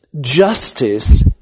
justice